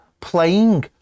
playing